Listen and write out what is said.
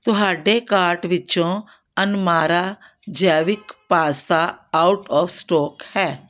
ਤੁਹਾਡੇ ਕਾਰਟ ਵਿੱਚੋਂ ਅਨਮਾਰਾ ਜੈਵਿਕ ਪਾਸਤਾ ਆਊਟ ਓਫ਼ ਸਟੋਕ ਹੈ